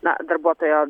na darbuotojo